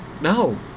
no